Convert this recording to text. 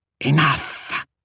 Enough